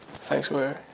Sanctuary